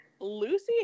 Lucy